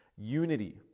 Unity